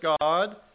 God